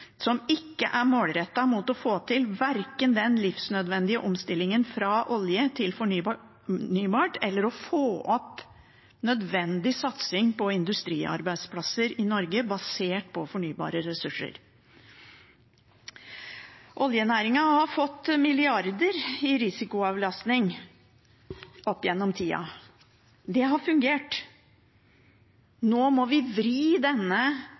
som ikke er målrettet mot verken å få til en livsnødvendig omstilling fra olje til fornybart eller mot å få opp en nødvendig satsing på industriarbeidsplasser i Norge som er basert på fornybare ressurser. Oljenæringen har fått milliarder i risikoavlastning opp gjennom tida. Det har fungert. Nå må vi vri denne